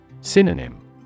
Synonym